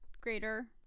Greater